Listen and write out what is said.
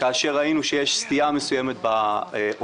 כאשר ראינו שיש סטייה מסוימת בהוצאות,